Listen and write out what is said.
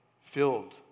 filled